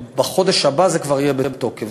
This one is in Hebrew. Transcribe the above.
בחודש הבא זה כבר יהיה בתוקף.